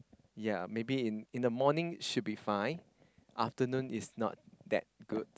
ya maybe in in the morning should be fine afternoon is not that good